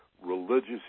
religious